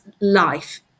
life